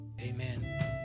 amen